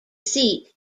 seat